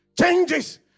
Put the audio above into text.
changes